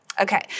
Okay